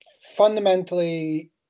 fundamentally